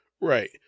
Right